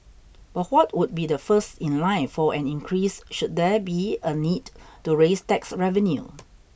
but what would be the first in line for an increase should there be a need to raise tax revenue